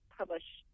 published